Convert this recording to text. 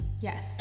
yes